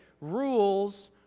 rules